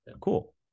cool